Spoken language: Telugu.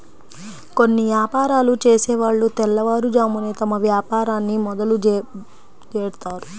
కొన్ని యాపారాలు చేసేవాళ్ళు తెల్లవారుజామునే తమ వ్యాపారాన్ని మొదలుబెడ్తారు